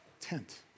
tent